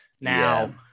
now